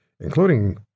including